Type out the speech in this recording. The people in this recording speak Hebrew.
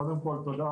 קודם כל תודה,